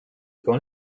con